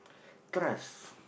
trust